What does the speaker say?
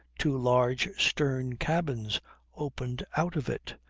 two large stern cabins opened out of it,